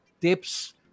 tips